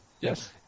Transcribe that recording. Yes